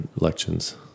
elections